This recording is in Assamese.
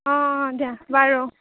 অঁ অঁ দিয়া বাৰু